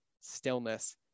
stillness